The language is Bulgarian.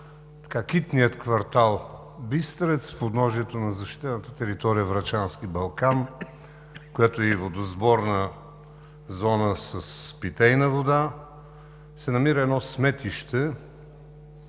китния квартал „Бистрец“, в подножието на защитената територия „Врачански Балкан“, която е и водосборна зона с питейна вода, се намира едно сметище,